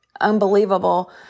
unbelievable